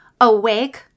awake